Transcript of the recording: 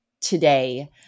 today